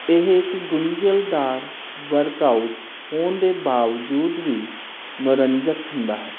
ਇਹ ਇੱਕ ਗੁੰਜਲਦਾਰ ਵਰਕਆਊਟ ਹੋਣ ਦੇ ਬਾਵਜੂਦ ਵੀ ਮਨੋਰੰਜਕ ਹੁੰਦਾ ਹੈ